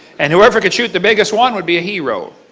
and whoever could shoot the biggest one would be a hero.